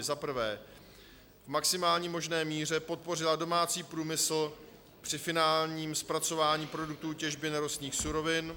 1. v maximální možné míře podpořila domácí průmysl při finálním zpracování produktů těžby nerostných surovin;